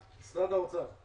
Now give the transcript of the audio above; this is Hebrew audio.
האוצר.